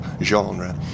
genre